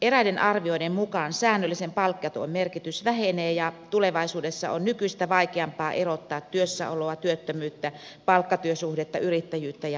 eräiden arvioiden mukaan säännöllisen palkkatyön merkitys vähenee ja tulevaisuudessa on nykyistä vaikeampaa erottaa työssäoloa työttömyyttä palkkatyösuhdetta yrittäjyyttä ja vapaa aikaa